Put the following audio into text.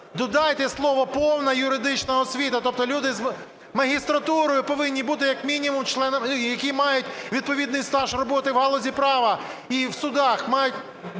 Додайте слово "повна юридична освіта", тобто люди з магістратурою повинні бути як мінімум, які мають відповідний стаж роботи в галузі права і в судах,